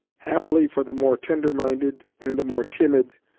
happily for the more tender-minded and the more timid,